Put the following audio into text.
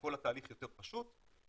כל התהליך יותר פשוט,